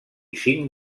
cinc